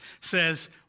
says